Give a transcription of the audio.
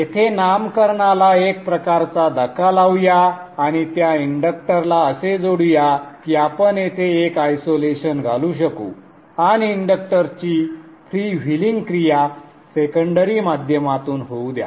येथे नामकरणाला एक प्रकारचा धक्का लावूया आणि त्या इंडक्टरला असे जोडू या की आपण येथे एक आयसोलेशन घालू शकू आणि इंडक्टर ची फ्रीव्हीलिंग क्रिया सेकंडरी माध्यमातून होऊ द्या